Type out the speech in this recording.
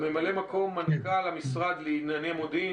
מ"מ מנכ"ל המשרד לענייני מודיעין.